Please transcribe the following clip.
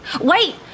Wait